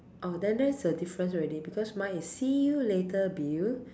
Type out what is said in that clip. oh then then is a difference already because mine is see you later Bill